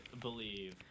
believe